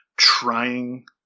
trying